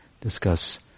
discuss